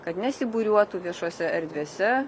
kad nesibūriuotų viešose erdvėse